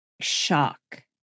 shock